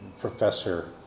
professor